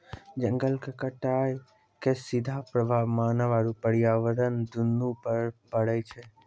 जंगल के कटाइ के सीधा प्रभाव मानव आरू पर्यावरण दूनू पर पड़ै छै